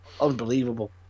Unbelievable